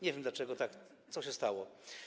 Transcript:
Nie wiem dlaczego, co się stało.